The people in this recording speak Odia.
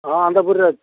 ହଁ ଆନନ୍ଦପୁରରେ ଅଛି